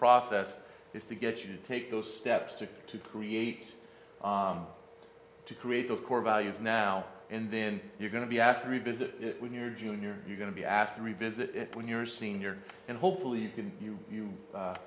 process is to get you to take those steps to to create to create of core values now and then you're going to be asked to revisit it when you're junior you're going to be asked to revisit it when you're a senior and hopefully can you you